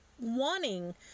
wanting